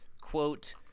quote